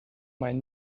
mijn